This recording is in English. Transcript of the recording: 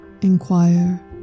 inquire